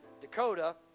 Dakota